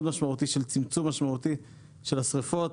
משמעותי של צמצום משמעותי של השריפות.